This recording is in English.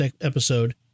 episode